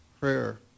prayer